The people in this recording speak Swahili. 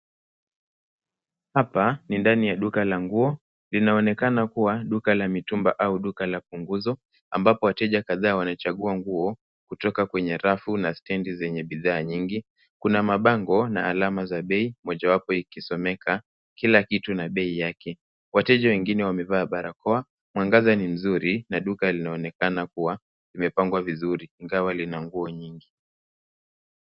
Hapa ni ndani ya duka la nguo, linaonekana kuwa duka la mitumba au duka la punguzo ambapo wateja kadhaa wanachagua nguo kutoka kwenye rafu na stendi zenye bidhaa nyingi. Kuna mabango na alama za bei, mojawapo ikisomeka, kila kitu na bei yake. Wateja wengine wamevaa barakoa, mwangaza ni mzuri na duka linaonekana kuwa limepangwa vizuri, ingawa lina nguo nyingi.